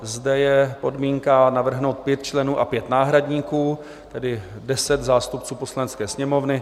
Zde je podmínka navrhnout 5 členů a 5 náhradníků, tedy 10 zástupců Poslanecké sněmovny.